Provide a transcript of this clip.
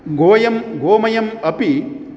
गोमयं गोमयम् अपि